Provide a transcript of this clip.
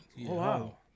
Wow